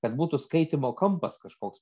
kad būtų skaitymo kampas kažkoks